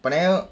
本来要